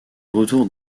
retour